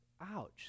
ouch